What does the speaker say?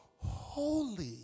Holy